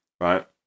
right